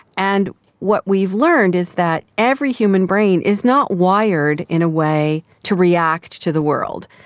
and what we've learned is that every human brain is not wired in a way to react to the world.